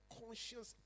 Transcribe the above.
conscious